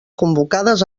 convocades